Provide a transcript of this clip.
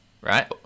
right